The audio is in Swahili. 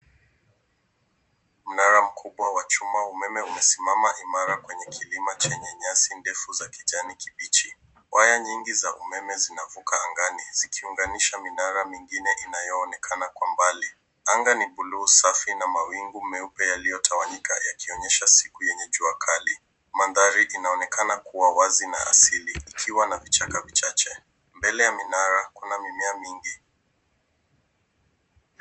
Mnara mkubwa wa chuma umeme umesimama imara kwenye kilima chenye nyasi ndefu ya kijani kibichi. Waya nyingi za umeme zinavuka angani zikiunganisha mnara mwingine inayoonekana kwa mbali. Anga ni buluu safi na mawingu meupe yaliyotawanyika yakionyesha siku yenye jua kali. Mandhari inaonekana kuwa wazi na asili ikiwa na vichaka vichache. Mbele ya minara kuna mimea mingi.